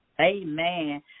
Amen